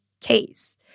case